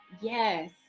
yes